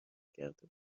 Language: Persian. کرده